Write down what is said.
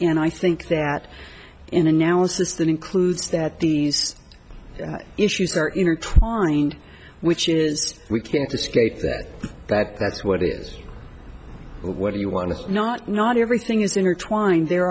and i think that in analysis that includes that these issues are intertwined which is we can't escape that that that's what is whether you want to not not everything is intertwined there